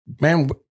man